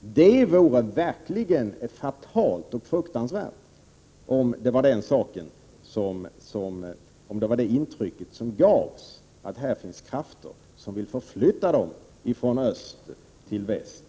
Det vore verkligen fruktansvärt om det gavs intryck av att det här finns krafter som vill förflytta de baltiska länderna från öst till väst.